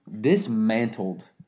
Dismantled